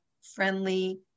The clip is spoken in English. friendly